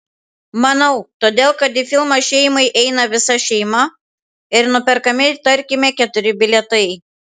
manau todėl kad į filmą šeimai eina visa šeima ir nuperkami tarkime keturi bilietai